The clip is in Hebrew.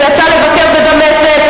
הוא יצא לבקר בדמשק,